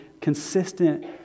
consistent